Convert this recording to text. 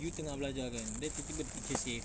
you tengah belajar kan then tiba tiba the teacher say